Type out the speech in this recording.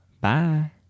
Bye